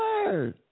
word